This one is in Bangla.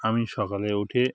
আমি সকালে উঠে